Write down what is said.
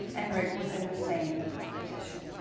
and rick was in the same position.